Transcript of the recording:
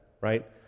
right